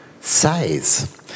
size